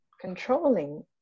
controlling